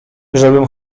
żebym